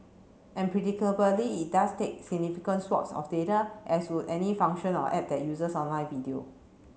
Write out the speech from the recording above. and predictably it does take significant swathes of data as would any function or app that uses online video